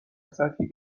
سطحی